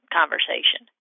conversation